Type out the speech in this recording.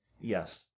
yes